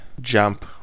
jump